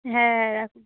হ্যাঁ হ্যাঁ রাখুন